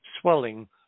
swelling